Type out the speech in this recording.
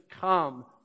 come